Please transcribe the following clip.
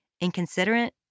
inconsiderate